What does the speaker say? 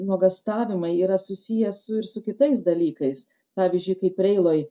nuogąstavimai yra susiję su ir su kitais dalykais pavyzdžiui kaip preiloj